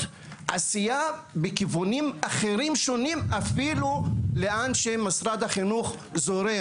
עשייה בכיוונים אחרים שונים אפילו לאן שמשרד החינוך זורם,